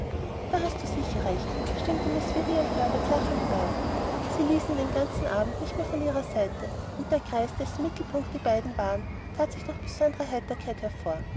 da hast du sicher recht stimmte miß vivian herbert lachend bei sie ließ ihn den ganzen abend nicht mehr von ihrer seite und der kreis dessen mittelpunkt die beiden waren that sich durch besondre heiterkeit hervor